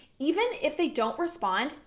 even if they don't respond,